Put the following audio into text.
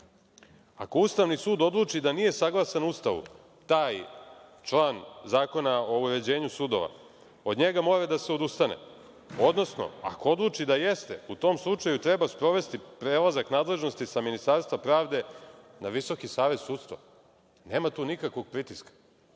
ako Ustavni sud odluči da nije saglasan Ustavu taj član Zakona o uređenju sudova, od njega mora da se odustane, odnosno ako odluči da jeste u tom slučaju treba sprovesti prelazak nadležnosti sa Ministarstva pravde na Visoki savet sudstva. Nema tu nikakvog pritiska.